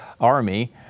army